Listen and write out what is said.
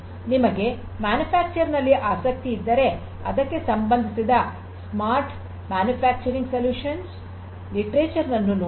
ನಿಮಗೆ ಉತ್ಪಾದನೆಯಲ್ಲಿ ಆಸಕ್ತಿ ಇದ್ದರೆ ಅದಕ್ಕೆ ಸಂಬಂಧಿಸಿದ ಸ್ಮಾರ್ಟ್ ಮ್ಯಾನುಫ್ಯಾಕ್ಚರಿಂಗ್ ಸೆಲ್ಯೂಷನ್ಸ್ ಸಾಹಿತ್ಯವನ್ನು ನೋಡಿರಿ